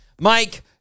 Mike